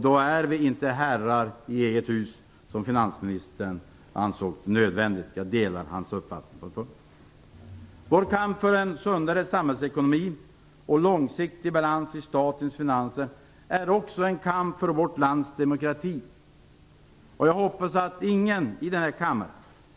Då är vi inte längre herrar i vårt eget hus, något som finansministern ansåg nödvändigt. Jag delar hans uppfattning på den punkten. Vår kamp för en sundare samhällsekonomi och långsiktig balans i statens finanser är också en kamp för vårt lands demokrati. Jag hoppas att ingen i denna kammare